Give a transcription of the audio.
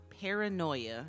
Paranoia